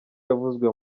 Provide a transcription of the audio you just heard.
yavuzwe